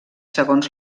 segons